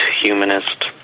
humanist